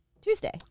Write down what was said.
Tuesday